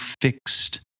fixed